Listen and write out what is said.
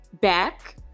back